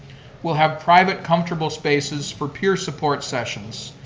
we'll have private, comfortable spaces for peer-support sessions,